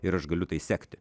ir aš galiu tai sekti